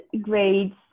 grades